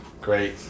Great